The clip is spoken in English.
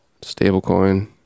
Stablecoin